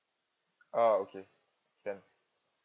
ah okay ya